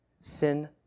Sin